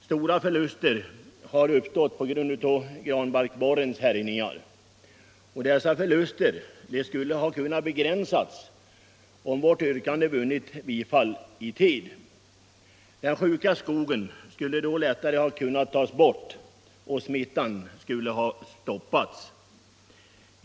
Stora förluster har uppstått på grund av bl.a. granbarkborrens härjningar. De förlusterna skulle ha kunnat begränsas om vårt yrkande hade vunnit bifall i tid. Den sjuka skogen skulle då lättare ha kunnat tas bort, och smittan kunde ha stoppats.